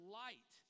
light